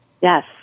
Yes